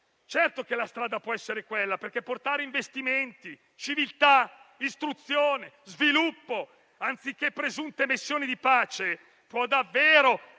Certo che la strada può essere quella, perché portare investimenti, civiltà, istruzione e sviluppo, anziché presunte missioni di pace, può davvero